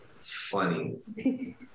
funny